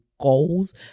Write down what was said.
goals